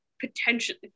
potentially